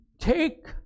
take